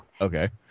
Okay